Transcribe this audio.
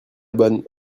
bonne